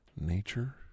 nature